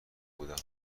بودم